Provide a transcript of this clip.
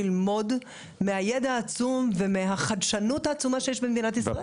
ללמוד מהידע העצום ומהחדשנות העצומה שיש במדינת ישראל.